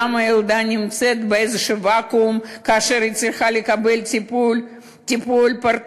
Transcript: למה הילדה נמצאת באיזה ואקום כאשר היא צריכה לקבל טיפול פרטני,